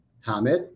Hamid